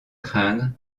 craindre